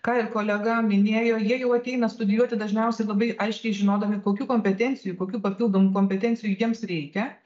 ką ir kolega minėjo jie jau ateina studijuoti dažniausiai labai aiškiai žinodami kokių kompetencijų kokių papildomų kompetencijų jiems reikia